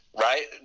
right